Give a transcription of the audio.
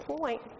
point